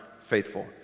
faithful